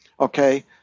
Okay